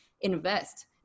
invest